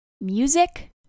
music